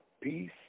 peace